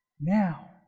now